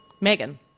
Megan